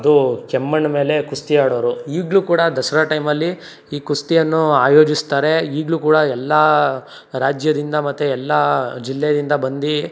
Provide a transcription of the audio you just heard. ಅದು ಕೆಮ್ಮಣ್ಣ ಮೇಲೆ ಕುಸ್ತಿ ಆಡೋರು ಈಗಲೂ ಕೂಡ ದಸರಾ ಟೈಮಲ್ಲಿ ಈ ಕುಸ್ತಿಯನ್ನು ಆಯೋಜಿಸ್ತಾರೆ ಈಗಲೂ ಕೂಡ ಎಲ್ಲ ರಾಜ್ಯದಿಂದ ಮತ್ತು ಎಲ್ಲ ಜಿಲ್ಲೆಯಿಂದ ಬಂದು